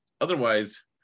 otherwise